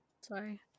Sorry